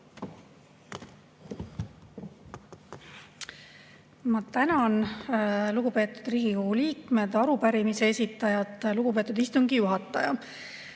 Ma tänan! Lugupeetud Riigikogu liikmed, arupärimise esitajad! Lugupeetud istungi juhataja!